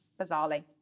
bizarrely